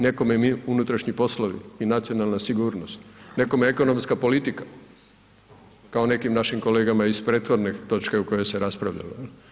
Nekome .../nerazumljivo/... unutrašnji poslovi i nacionalna sigurnost, nekome ekonomska politika, kao nekim našim kolegama iz prethodne točke o kojoj se raspravljalo.